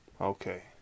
Okay